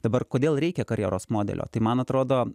dabar kodėl reikia karjeros modelio tai man atrodo